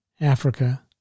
Africa